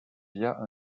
via